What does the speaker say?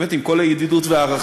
באמת עם כל הידידות וההערכה: